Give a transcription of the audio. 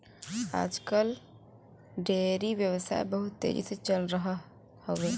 आज कल डेयरी व्यवसाय बहुत तेजी से चल रहल हौवे